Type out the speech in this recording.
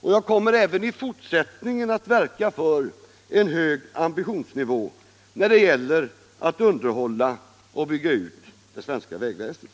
och jag kommer även i fortsättningen att verka för en hög ambitionsnivå när det gäller att underhålla och bygga ut det svenska vägväsendet.